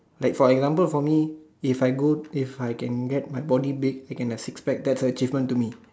like for example for me if I go if I can get my body big I can have six packs that's a achievement to me